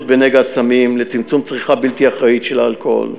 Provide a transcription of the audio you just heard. עם נגע הסמים ולצמצום צריכה בלתי אחראית של האלכוהול,